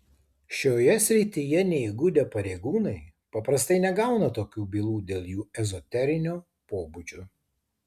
šioje srityje neįgudę pareigūnai paprastai negauna tokių bylų dėl jų ezoterinio pobūdžio